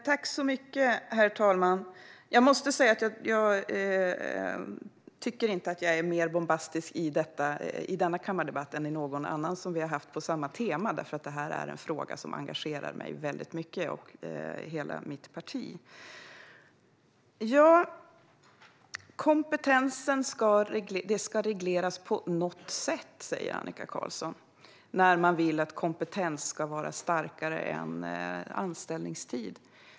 Herr talman! Jag tycker inte att jag är mer bombastisk i denna kammardebatt än i någon annan som vi har haft på samma tema, för det här är en fråga som engagerar mig och hela mitt parti väldigt mycket. Kompetensen ska regleras på något sätt, säger Annika Qarlsson och vill att kompetens ska vara starkare än anställningstid.